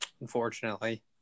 unfortunately